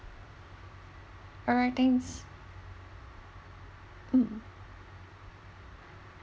alright thanks mm